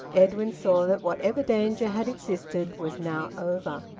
edwin saw that whatever danger had existed was now over.